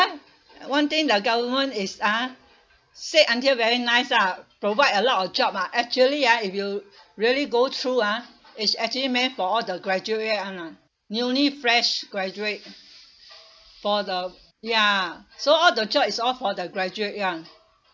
one thing the government is ah say until very nice ah provide a lot of job ah actually ah if you really go through ah is actually meant for all the graduate [one] ah newly fresh graduate for the ya so all the job is all for the graduate [one]